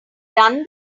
done